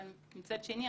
אבל מצד שני,